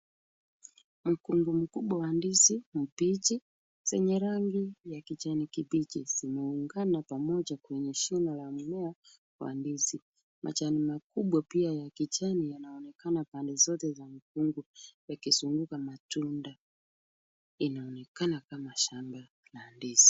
Mkungu mkubwa wa ndizi mbichi zenye rangi ya kijani kibichi, zimeungana pamoja kwenye shina la mmea wa ndizi. Majani makubwa pia ya kijani yanaonekana pande zote zaa mkungu yakizunguka matunda. Inaonekana kama shamba la ndizi.